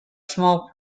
small